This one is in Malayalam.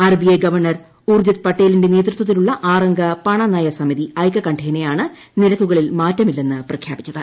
ആർബിഐ ഗവർണർ ഊർജിത് പട്ടേലിന്റെ നേതൃത്വത്തിലുള്ള ആറംഗ പണനയസമിതി ഐകകണ്ഠ്യേനയാണ് നിരക്കുകളിൽ മാറ്റമില്ലെന്ന് പ്രഖ്യാപിച്ചത്